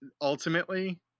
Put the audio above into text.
ultimately